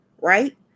right